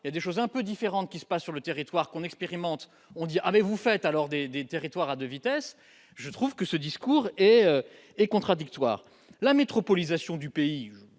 il y a des choses un peu différent, qui se passe sur le territoire qu'on expérimente, on dit : avez vous fait alors des des territoires à 2 vitesses, je trouve que ce discours et et contradictoire la métropolisation du pays,